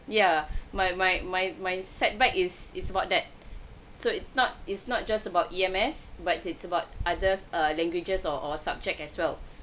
yeah my my my my setback is it's about that so it's not it's not just about E_M_S but it's about others err languages or or subject as well